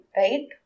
right